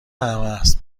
همست